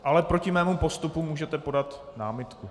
Ale proti mému postupu můžete podat námitku.